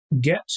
get